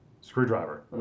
Screwdriver